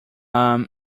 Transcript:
will